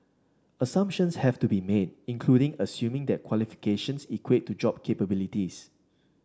assumptions have to be made including assuming that qualifications equate to job capabilities